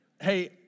Hey